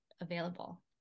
available